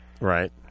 Right